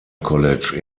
college